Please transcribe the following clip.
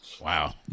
Wow